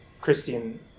Christian